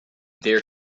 there